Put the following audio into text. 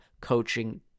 coaching